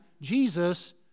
Jesus